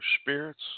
spirits